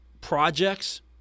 projects